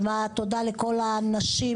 תודה לכל הנשים,